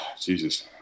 jesus